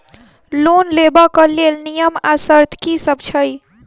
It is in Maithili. लोन लेबऽ कऽ लेल नियम आ शर्त की सब छई?